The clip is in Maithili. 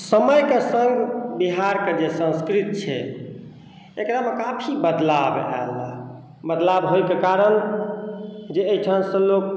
समयके सङ्ग बिहारके जे संस्कृति छै एकरामे काफी बदलाव आयल हँ बदलाव होयके कारण जे एहिठामसंँ लोक